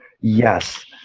Yes